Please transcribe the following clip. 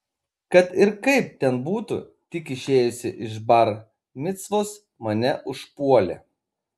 kad ir kaip ten būtų tik išėjusį iš bar micvos mane užpuolė